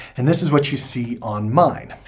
and this is what you see on mine.